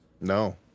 No